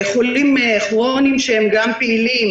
חולים כרוניים שהם גם פעילים,